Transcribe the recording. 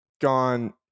gone